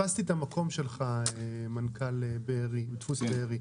אני פספסתי את המקום שלך, מנכ"ל דפוס בארי.